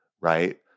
right